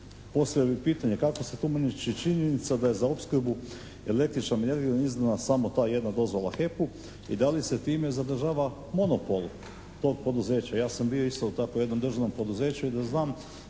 postavio bih pitanje kako se tumači činjenica da je za opskrbu električnom energijom izdana samo ta jedna dozvolu HEP-u i da li se time zadržava monopol tog poduzeća? Ja sam bio isto u takvoj jednom državnom poduzeću i da znam